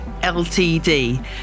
ltd